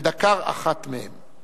ודקר אחת מהם.